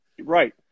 Right